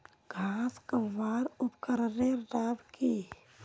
घांस कमवार उपकरनेर नाम की?